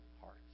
hearts